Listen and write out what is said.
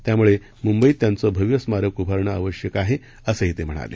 त्यामुळे मुंबईत त्यांचं भव्य स्मारक उभारणं आवश्यक आहे असंही ते म्हणाले